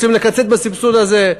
רוצים לקצץ בסבסוד הזה.